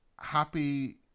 happy